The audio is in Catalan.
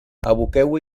aboqueu